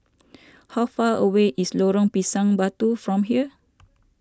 how far away is Lorong Pisang Batu from here